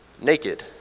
naked